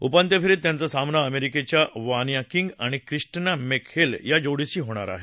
उपांत्य फेरीत त्यांचा सामना अमेरिकेची वानिया किंग आणि क्रिस्टीना मेकहेल या जोडीशी होईल